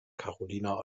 carolina